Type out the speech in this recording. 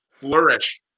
flourish